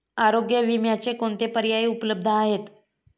आरोग्य विम्याचे कोणते पर्याय उपलब्ध आहेत?